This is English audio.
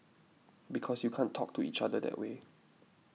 because you can't talk to each other that way